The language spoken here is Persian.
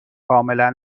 کاملا